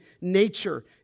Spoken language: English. nature